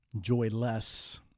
joyless